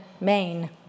Maine